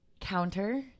counter